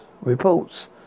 reports